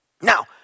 Now